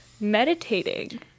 meditating